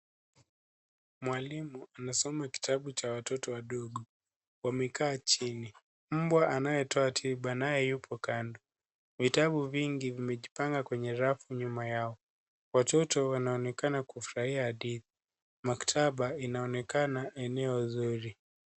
Mwalimu anasoma kitabu cha watoto wadogo. Wamekaa chini. Mbwa anayetoa tiba naye yupo kando. Vitabu vingi vimejipanga kwenye rafu nyuma yao. Watoto wanaonekana kufurahia hadithi. Maktaba inaonekana kuwa eneo zuri.